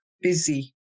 busy